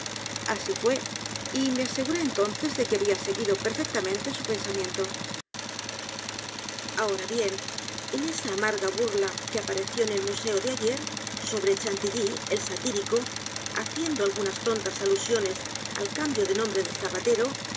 así fué y me aseguré entonces de que había seguido perfectamente su pensamiento ahora bien en edgar poe novelas y cuentos esa a m a r g a burla que apareció en el museo de ayer sobre cbantilly el satírico haciendo algunas tontas alusiones al cambio de nombre del zapatero